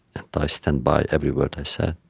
and i stand by every word i said.